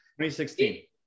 2016